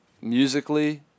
musically